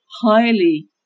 highly